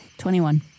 Twenty-one